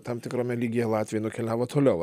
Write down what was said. tam tikrame lygyje latviai nukeliavo toliau